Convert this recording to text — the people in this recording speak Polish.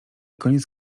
koniec